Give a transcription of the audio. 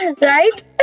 Right